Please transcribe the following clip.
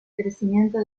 crecimiento